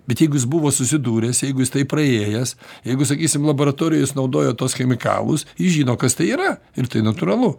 bet jeigu jis buvo susidūręs jeigu jis tai praėjęs jeigu sakysim laboratorijoj jis naudojo tuos chemikalus jis žino kas tai yra ir tai natūralu